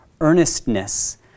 earnestness